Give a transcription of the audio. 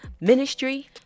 ministry